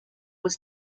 was